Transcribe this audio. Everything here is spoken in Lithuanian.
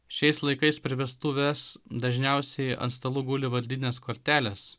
šiais laikais per vestuves dažniausiai ant stalų guli vardinės kortelės